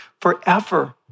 forever